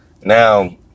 now